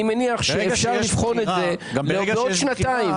אני מניח שאפשר לבחון את זה בעוד שנתיים